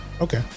Okay